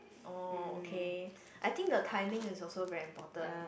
oh okay I think the timing is also very important